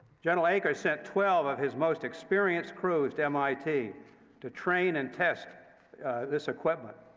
general eaker sent twelve of his most experienced crews to mit to train and test this equipment.